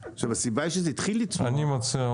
הסיבה שזה התחיל לצמוח --- אני מציע.